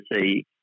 see